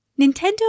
Nintendo